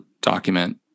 document